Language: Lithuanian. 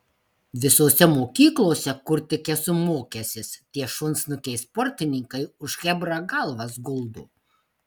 visose mokyklose kur tik esu mokęsis tie šunsnukiai sportininkai už chebrą galvas guldo